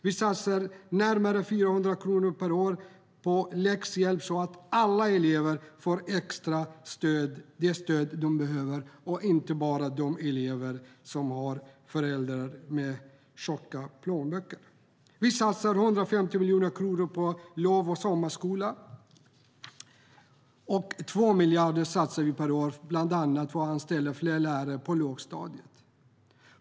Vi satsar närmare 400 miljoner kronor per år på läxhjälp så att alla elever, inte bara de som har föräldrar med tjocka plånböcker, får det extra stöd de behöver. Vi satsar 150 miljoner kronor på lov och sommarskola. Vi satsar 2 miljarder per år för att bland annat anställa fler lärare på lågstadiet.